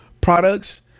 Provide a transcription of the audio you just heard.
products